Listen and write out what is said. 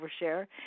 overshare